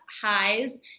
highs